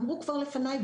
אמרו כבר לפניי,